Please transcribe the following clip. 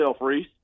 Reese